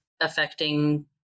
affecting